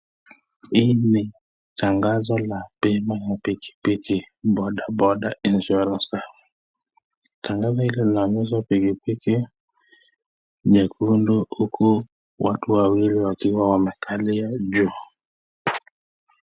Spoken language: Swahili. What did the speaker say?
Hili ni tangazo la bima ya pikipiki boda boda insurance . Tangazo hili linaonesha pikipiki nyekundu huku watu wawili wakiwa wamekaliwa juu.